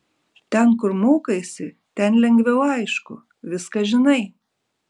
ten kur mokaisi ten lengviau aišku viską žinai